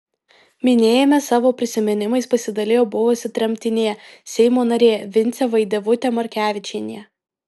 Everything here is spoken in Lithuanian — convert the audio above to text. minėjime savo prisiminimais pasidalijo buvusi tremtinė seimo narė vincė vaidevutė markevičienė